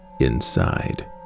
inside